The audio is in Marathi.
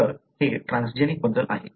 तर हे ट्रान्सजेनिक बद्दल आहे